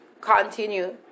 continue